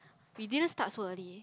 we didn't start so early